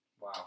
Wow